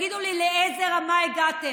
תגידו לי, לאיזו רמה הגעתם?